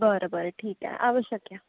बरं बरं ठीक आहे आवश्यक या